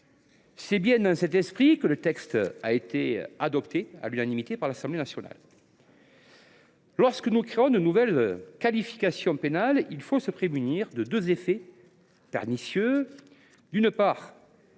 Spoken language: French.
C’est bien dans cet esprit que le texte a été adopté, à l’unanimité, par l’Assemblée nationale. Lorsque nous créons de nouvelles qualifications pénales, nous devons nous prémunir de deux effets pernicieux.